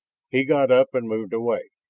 he got up and moved away.